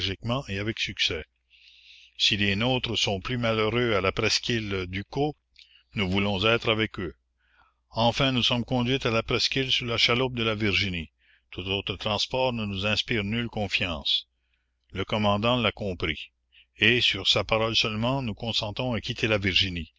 et avec succès si les nôtres sont plus malheureux à la presqu'île ducos nous voulons être avec eux la commune enfin nous sommes conduites à la presqu'île sur la chaloupe de la virginie tout autre transport ne nous inspire nulle confiance le commandant l'a compris et sur sa parole seulement nous consentons à quitter la virginie